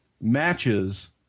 matches